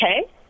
Okay